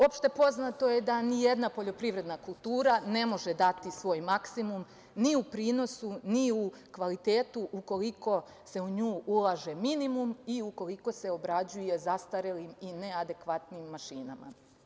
Opšte poznato je da nijedna poljoprivredna kultura ne može dati svoj maksimum ni u prinosu, ni u kvalitetu ukoliko se u nju ulaže minimum i ukoliko se obrađuje zastarelim i neadekvatnim mašinama.